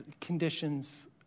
conditions